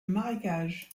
marécages